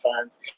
funds